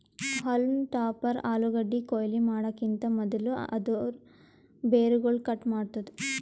haulm topper ಆಲೂಗಡ್ಡಿ ಕೊಯ್ಲಿ ಮಾಡಕಿಂತ್ ಮದುಲ್ ಅದೂರ್ ಬೇರುಗೊಳ್ ಕಟ್ ಮಾಡ್ತುದ್